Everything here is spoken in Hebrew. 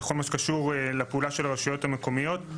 בכול מה שקשור לפעולה של הרשויות המקומיות,